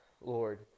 Lord